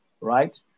right